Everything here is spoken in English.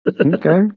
Okay